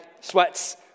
sweats